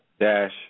dash